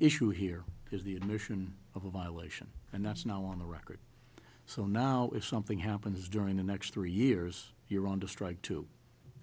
issue here is the admission of a violation and that's now on the record so now if something happens during the next three years you're on to strike two